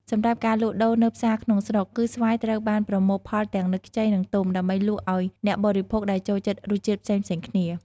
សម្រាប់ការលក់ដូរនៅផ្សារក្នុងស្រុក ផ្លែស្វាយត្រូវបានប្រមូលផលទាំងនៅខ្ចី និងទុំ ដើម្បីលក់ឲ្យអ្នកបរិភោគដែលចូលចិត្តរសជាតិផ្សេងៗគ្នា។